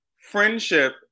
friendship